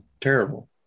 Terrible